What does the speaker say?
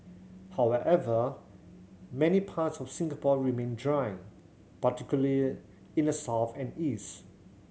however many parts of Singapore remain dry particularly in the south and east